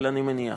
אבל אני מניח,